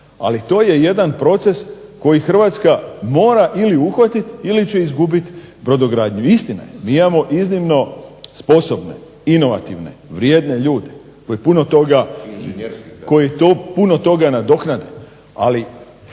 ali to je jedan proces koji Hrvatska mora ili uhvatiti ili će izgubiti brodogradnju. Istina je, mi imamo iznimno sposobne, inovativne, vrijedne ljude koji puno toga nadoknade,